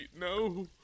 No